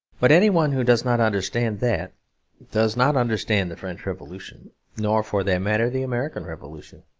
but anyone who does not understand that does not understand the french revolution nor, for that matter, the american revolution.